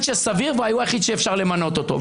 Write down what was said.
שסביר והוא היחיד שאפשר למנות אותו.